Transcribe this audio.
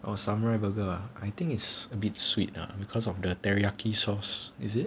orh samurai burger ah I think it's a bit sweet ah because of the teriyaki sauce is it